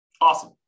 Awesome